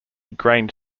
grange